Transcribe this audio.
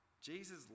Jesus